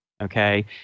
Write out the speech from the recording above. Okay